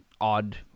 odd